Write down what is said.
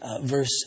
verse